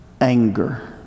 anger